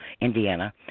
Indiana